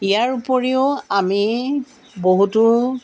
ইয়াৰ উপৰিও আমি বহুতো